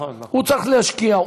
הוא צריך להשקיע,